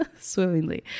Swimmingly